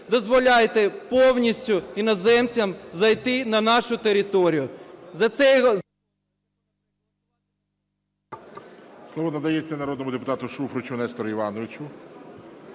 дозволяєте повністю іноземцям зайти на нашу територію.